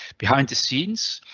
behind the scenes,